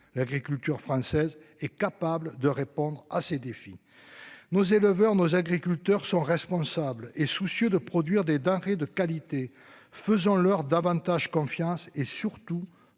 l'agriculture française est capable de répondre à ces défis nos éleveurs, nos agriculteurs sont responsables et soucieux de produire des denrées de qualité faisant leur davantage confiance et surtout